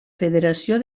federació